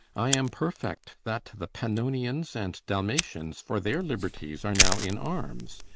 i am perfect that the pannonians and dalmatians for their liberties are now in arms,